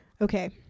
Okay